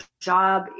job